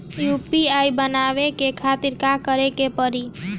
UPI बनावे के खातिर का करे के पड़ी?